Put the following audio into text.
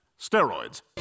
steroids